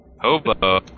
Hobo